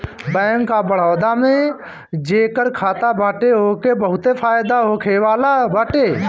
bank of Baroda में जेकर खाता बाटे ओके बहुते फायदा होखेवाला बाटे